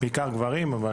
בעיקר גברים אבל